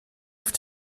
auf